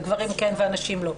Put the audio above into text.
הגברים כן והנשים לא.